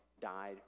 died